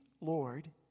Lord